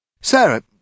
Sarah